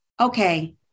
okay